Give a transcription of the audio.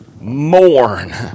mourn